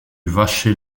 vacher